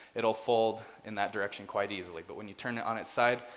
it'll fold in that direction quite easily. but when you turn it on its side,